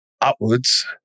upwards